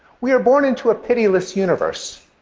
we are born into a pitiless universe,